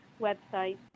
website